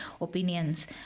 opinions